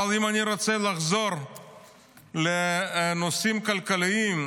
אבל אם אני רוצה לחזור לנושאים כלכליים,